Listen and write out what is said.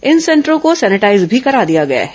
इन सेंटरों को सैनिटाईज भी करा दिया गया है